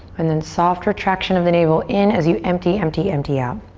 and then soft retraction of the navel in as you empty, empty, empty out.